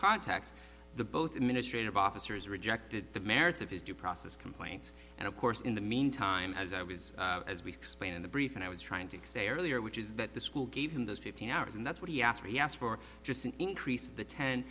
context the both administrative officers rejected the merits of his due process complaint and of course in the meantime as i was as we expand the brief and i was trying to say earlier which is that the school gave him those fifteen hours and that's what he asked for he asked for just an increase the ten